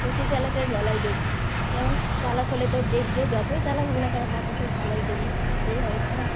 অতি চালাকের গলায় দড়ি যেমন চালাক হলে তো যে যে যতই চালাক হোক না কেন তাকে তো গলায় দড়ি দিতেই হবে তাই না